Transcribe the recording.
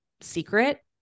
secret